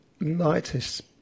lightest